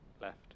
left